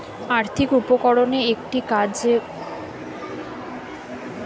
আর্থিক উপকরণে একটি কাগজ ব্যবহৃত হয়